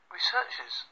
Researchers